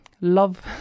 love